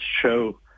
show